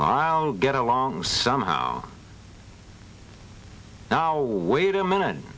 i'll get along somehow now wait a minute